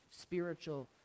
spiritual